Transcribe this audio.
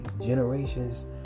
generations